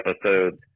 episodes